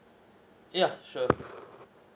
yeah sure